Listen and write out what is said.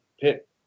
pick